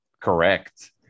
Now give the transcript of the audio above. Correct